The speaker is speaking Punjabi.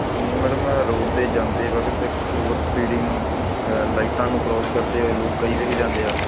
ਨਹੀਂ ਮੈਡਮ ਮੈਂ ਰੋਡ 'ਤੇ ਜਾਂਦੇ ਵਖਤ ਇੱਕ ਓਵਰ ਸਪੀਡਿੰਗ ਲਾਈਟਾਂ ਨੂੰ ਕ੍ਰੋਸ ਕਰਦੇ ਹੋਏ ਲੋਕ ਕਈ ਵਿਖ ਜਾਂਦੇ ਆ